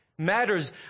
Matters